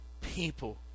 people